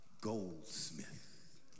goldsmith